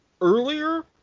earlier